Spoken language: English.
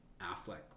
Affleck